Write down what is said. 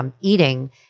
eating